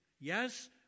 Yes